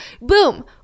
Boom